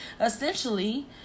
essentially